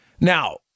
Now